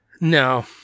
no